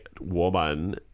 woman